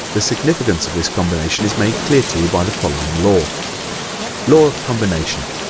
the significance of this combination is made clear to you by the following law law of combination